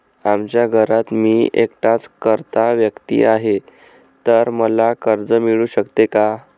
आमच्या घरात मी एकटाच कर्ता व्यक्ती आहे, तर मला कर्ज मिळू शकते का?